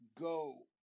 go